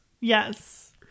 Yes